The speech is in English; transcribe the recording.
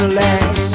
last